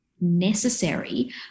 necessary